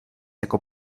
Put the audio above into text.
jako